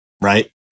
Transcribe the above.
right